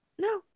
No